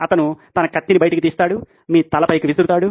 అతను తన కత్తిని బయటకు తీస్తాడు మీ తలపైకి విసురుతాడు